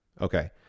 Okay